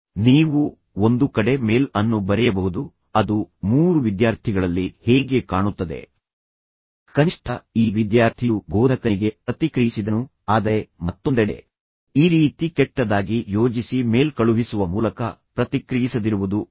ನೀವು ಒಂದು ಕಡೆ ಮೇಲ್ ಅನ್ನು ಬರೆಯಬಹುದು ಅದು ಮೂರು ವಿದ್ಯಾರ್ಥಿಗಳಲ್ಲಿ ಹೇಗೆ ಕಾಣುತ್ತದೆ ಕನಿಷ್ಠ ಈ ವಿದ್ಯಾರ್ಥಿಯು ಬೋಧಕನಿಗೆ ಪ್ರತಿಕ್ರಿಯಿಸಿದನು ಆದರೆ ಮತ್ತೊಂದೆಡೆ ಈ ರೀತಿ ಕೆಟ್ಟದಾಗಿ ಯೋಜಿಸಿ ಮೇಲ್ ಕಳುಹಿಸುವ ಮೂಲಕ ಪ್ರತಿಕ್ರಿಯಿಸದಿರುವುದು ಉತ್ತಮ